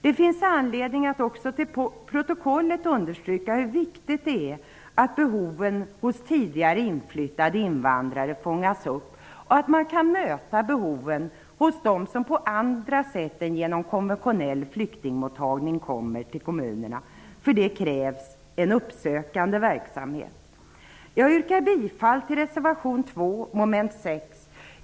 Det finns anledning att också till protokollet understryka hur viktigt det är att behoven hos tidigare inflyttade invandrare fångas upp och att man kan möta behoven hos dem som på andra sätt än genom konventionell flyktingmottagning kommer till kommunerna. För det krävs en uppsökande verksamhet. Jag yrkar bifall till reservation 2, mom. 6.